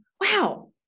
wow